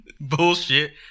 Bullshit